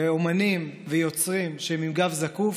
ואומנים ויוצרים שהם עם גב זקוף,